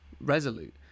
resolute